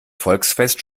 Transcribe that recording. volksfest